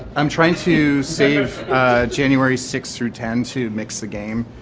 i'm trying to save january six through ten to mix the game.